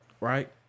right